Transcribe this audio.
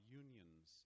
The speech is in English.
unions